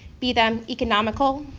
be them economical,